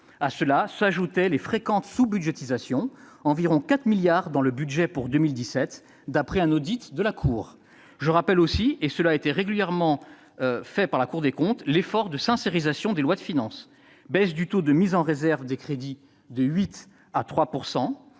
À cela s'ajoutaient les fréquentes sous-budgétisations, soit environ 4 milliards d'euros dans le budget pour 2017, selon un audit de la Cour. Je rappelle aussi, comme l'a régulièrement fait la Cour des comptes, l'effort de sincérisation des lois de finances : la baisse du taux de mise en réserve des crédits de 8 %